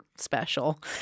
special